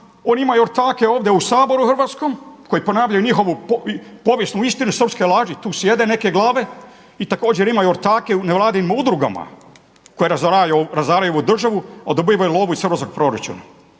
oni imaju ortake ovdje u Hrvatskom saboru koji ponavljaju njihovu povijesnu istinu srpske laži, tu sjede neke glave i također imaju ortake u nevladinim udrugama koje razaraju ovu državu, a dobivaju lovu iz hrvatskog proračuna.